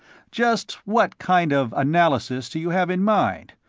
just what kind of analysis do you have in mind?